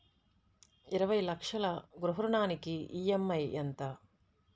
ఇరవై లక్షల గృహ రుణానికి ఈ.ఎం.ఐ ఎంత?